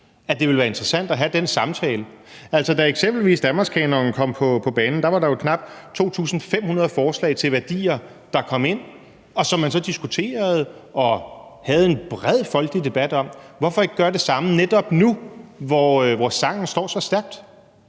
at det vil være interessant at have den samtale. Da eksempelvis Danmarkskanonen kom på banen, var der jo knap 2.500 forslag til værdier, der kom ind, og som man så diskuterede og havde en bred folkelig debat om. Hvorfor ikke gøre det samme netop nu, hvor sangen står så stærkt?